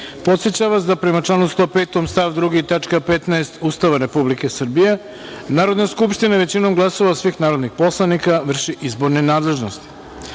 podsećam vas da, prema članu 105. stav 2, tačka 15. Ustava Republike Srbije, Narodna skupština većinom glasova svih narodnih poslanika vrši izborne nadležnosti. Stavljam